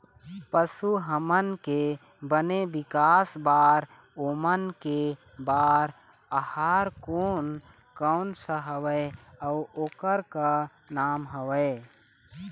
पशु हमन के बने विकास बार ओमन के बार आहार कोन कौन सा हवे अऊ ओकर का नाम हवे?